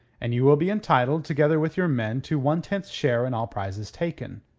and you will be entitled, together with your men, to one-tenth share in all prizes taken.